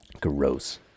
Gross